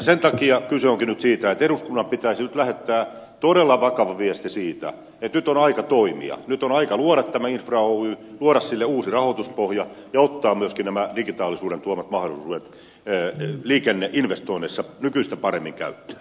sen takia kyse onkin nyt siitä että eduskunnan pitäisi lähettää todella vakava viesti siitä että nyt on aika toimia nyt on aika luoda tämä infra oy luoda sille uusi rahoituspohja ja ottaa myöskin nämä digitaalisuuden tuomat mahdollisuudet liikenneinvestoinneissa nykyistä paremmin käyttöön